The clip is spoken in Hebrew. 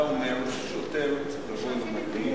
אתה אומר: שוטר יבוא עם המדים